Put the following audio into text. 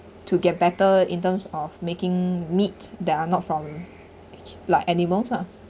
to get better in terms of making meat that are not from like animals lah